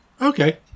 Okay